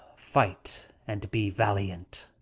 fight and be valiant,